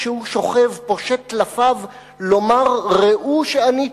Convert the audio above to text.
כשהוא שוכב פושט טלפיו לומר: ראו שאני טהור.